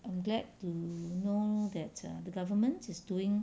I'm glad to know that err the government is doing